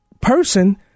person